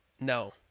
No